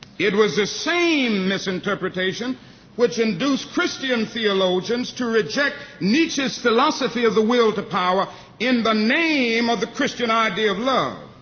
it was this same misinterpretation which induced christian theologians to reject nietzsche's philosophy of the will to power in the name of the christian idea of love.